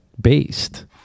based